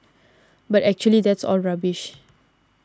but actually that's all rubbish